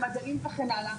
במדעים וכן הלאה,